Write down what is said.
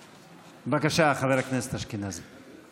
בבקשה, חבר הכנסת אשכנזי.